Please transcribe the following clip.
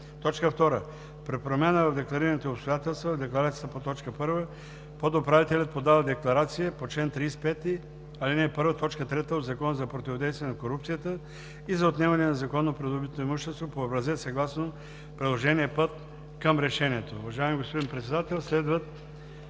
2. При промяна в декларираните обстоятелства в декларацията по т. 1 подуправителят подава декларация по чл. 35, ал. 1, т. 3 от Закона за противодействие на корупцията и за отнемане на незаконно придобитото имущество по образец съгласно приложение№ 5 към решението.“ Уважаеми господин Председател, следват